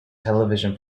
television